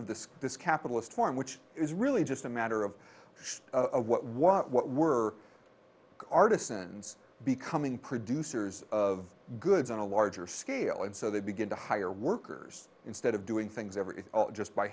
of the this capitalist form which is really just a matter of of what what what we're artisans becoming producers of goods on a larger scale and so they begin to hire workers instead of doing things over it just by